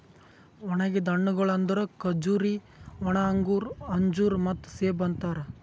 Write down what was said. ಒಣುಗಿದ್ ಹಣ್ಣಗೊಳ್ ಅಂದುರ್ ಖಜೂರಿ, ಒಣ ಅಂಗೂರ, ಅಂಜೂರ ಮತ್ತ ಸೇಬು ಅಂತಾರ್